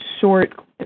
short